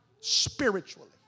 spiritually